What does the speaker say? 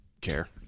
care